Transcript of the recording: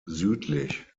südlich